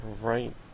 Right